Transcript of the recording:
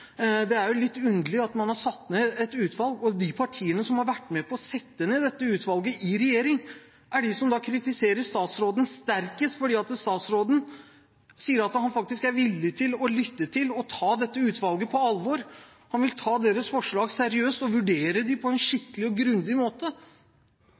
Det er litt underlig at de partiene som i regjering har vært med på å sette ned dette utvalget, er de som kritiserer statsråden sterkest for at han sier at han faktisk er villig til å lytte til og ta dette utvalget på alvor. Han vil ta utvalgets forslag seriøst og vurdere dem på en skikkelig og grundig måte.